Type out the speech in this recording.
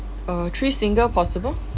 uh three single possible